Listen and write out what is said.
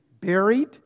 buried